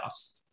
playoffs